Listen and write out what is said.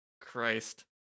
Christ